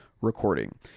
recording